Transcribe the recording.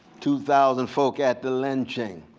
two thousand folk at the lynching.